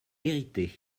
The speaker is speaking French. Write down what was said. hérité